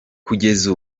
kugeza